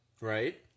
Right